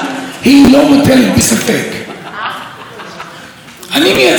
כולם יודעים את זה, שהדרוזים עדה נאמנה למדינה,